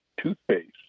Toothpaste